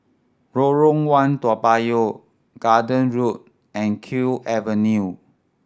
Lorong One Toa Payoh Garden Road and Kew Avenue